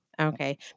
Okay